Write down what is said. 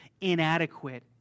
inadequate